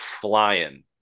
flying